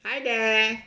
hi there